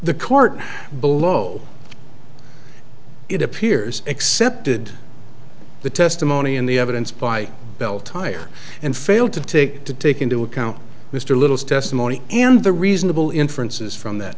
the court below it appears accepted the testimony in the evidence by bell tire and fail to take to take into account mr little's testimony and the reasonable inferences from that